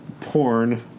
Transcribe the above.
porn